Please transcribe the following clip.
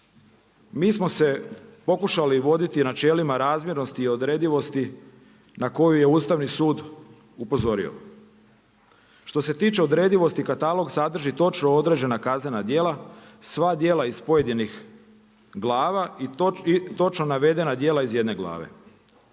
mi smo se pokušali voditi načelima razmjernosti i odredivosti na koju je Ustavni sud upozorio. Što se tiče odredivosti katalog sadrži točno određena kaznena djela, sva djela iz pojedinih glava i točno navedena djela iz jedne glave.